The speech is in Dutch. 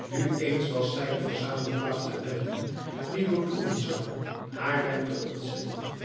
nu eens was zij de verzamelplaats der benden die beproeven zouden haarlem te ontzetten